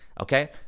Okay